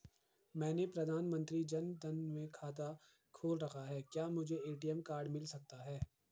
मैंने प्रधानमंत्री जन धन में खाता खोल रखा है क्या मुझे ए.टी.एम कार्ड मिल सकता है?